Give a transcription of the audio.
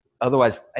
Otherwise